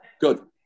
Good